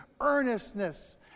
earnestness